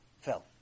fell